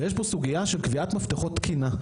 ויש פה סוגייה של קביעת מפתחות תקינה,